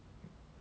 I mean